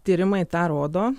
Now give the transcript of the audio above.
tyrimai tą rodo